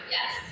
Yes